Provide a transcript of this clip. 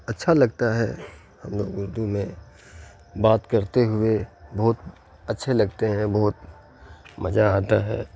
اچھا لگتا ہے ہم لوگ اردو میں بات کرتے ہوئے بہت اچھے لگتے ہیں بہت مزا آتا ہے